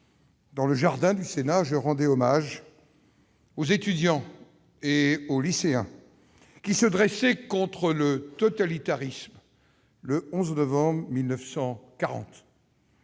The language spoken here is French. dans le jardin du Sénat, je rendais hommage aux étudiants et aux lycéens qui se dressèrent contre le totalitarisme le 11 novembre 1940.